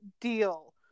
deal